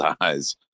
eyes